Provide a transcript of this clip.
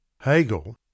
Hegel